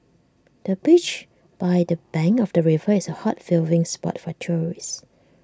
the bench by the bank of the river is A hot viewing spot for tourists